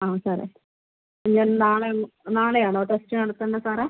ആ സാറേ ഞാൻ നാളെയങ്ങ് നാളെയാണോ ടെസ്റ്റ് നടത്തേണ്ടത് സാറേ